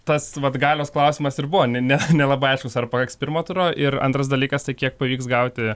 tas vat galios klausimas ir buvo ne nelabai aiškūs ar po eks pirmo turo ir antras dalykas tai kiek pavyks gauti